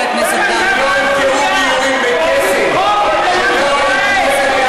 לא מעניין אותך שום דבר,